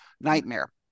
nightmare